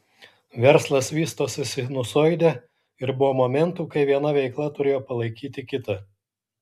verslas vystosi sinusoide ir buvo momentų kai viena veikla turėjo palaikyti kitą